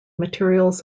materials